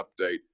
update